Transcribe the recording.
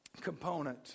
component